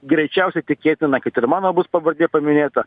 greičiausiai tikėtina kad ir mano bus pavardė paminėta